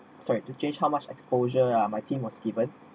sorry to change how much exposure ya my team was given